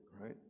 right